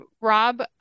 Rob